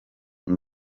n’u